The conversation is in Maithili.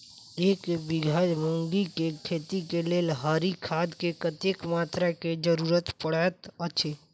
एक बीघा मूंग केँ खेती केँ लेल हरी खाद केँ कत्ते मात्रा केँ जरूरत पड़तै अछि?